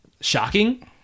shocking